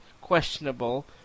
questionable